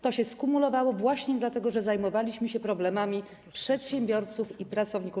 To się skumulowało właśnie dlatego, że zajmowaliśmy się problemami przedsiębiorców i pracowników.